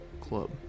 club